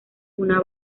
una